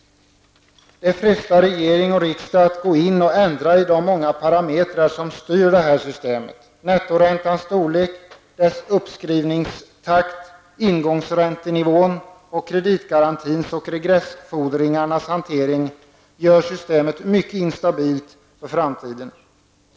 Det frestar regering och riksdag att gå in och ändra i de många parametrar som styr systemet. Nettoräntans storlek och uppskrivningstakt, ingångsräntenivån samt kreditgarantins och regressfordringarnas hantering gör systemet mycket instabilt för framtiden.